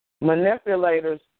Manipulators